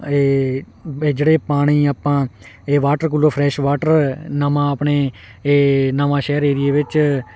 ਇਹ ਜਿਹੜੇ ਪਾਣੀ ਆਪਾਂ ਇਹ ਵਾਟਰ ਕੂਲਰ ਫਰੈਸ਼ ਵਾਟਰ ਨਵਾਂ ਆਪਣੇ ਇਹ ਨਵਾਂ ਸ਼ਹਿਰ ਏਰੀਏ ਵਿੱਚ